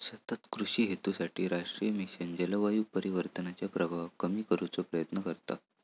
सतत कृषि हेतूसाठी राष्ट्रीय मिशन जलवायू परिवर्तनाच्या प्रभावाक कमी करुचो प्रयत्न करता